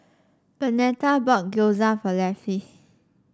Bernetta bought Gyoza for Lafe